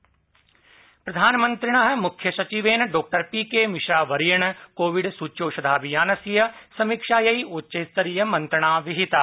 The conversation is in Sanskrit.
कोविड समीक्षा प्रधानमंत्रिणः मुख्यसचिवेन डॉ पीके मिश्रावर्येण कोविड सूच्यौषधाभियानस्य समीक्षायै उच्चस्तरीयमंत्रणा विहिता